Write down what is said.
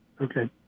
Okay